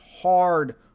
hard